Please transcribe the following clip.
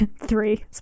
three